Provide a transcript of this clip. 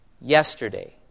yesterday